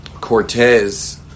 Cortez